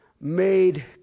made